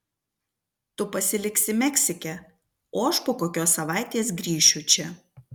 tu pasiliksi meksike o aš po kokios savaitės grįšiu čia